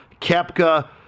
Kepka